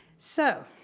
so,